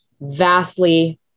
vastly